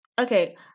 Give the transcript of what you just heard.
okay